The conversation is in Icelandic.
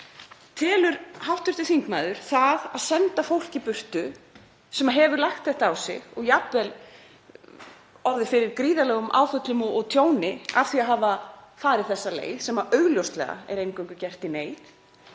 Telur hv. þingmaður að það að senda fólk í burtu, sem hefur lagt þetta á sig og jafnvel orðið fyrir gríðarlegum áföllum og tjóni af því að hafa farið þessa leið sem augljóslega er eingöngu gert í neyð,